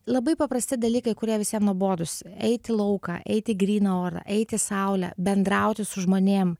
labai paprasti dalykai kurie visiem nuobodūs eit į lauką eit į gryną orą eit į saulę bendrauti su žmonėm